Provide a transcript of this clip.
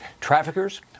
traffickers